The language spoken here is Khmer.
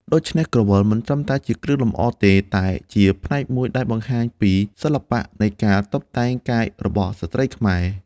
ដូច្នេះ ក្រវិលមិនត្រឹមតែជាគ្រឿងលម្អទេ តែជាផ្នែកមួយដែលបង្ហាញពីសិល្បៈនៃការតុបតែងកាយរបស់ស្ត្រីខ្មែរ។